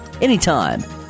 anytime